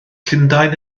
llundain